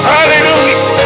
Hallelujah